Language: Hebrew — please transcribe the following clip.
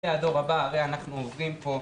הרי אנחנו עוברים פה,